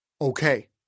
Okay